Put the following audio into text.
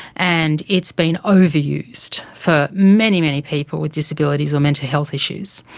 and it's been overused for many, many people with disabilities or mental health issues.